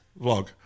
vlog